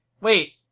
wait